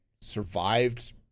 survived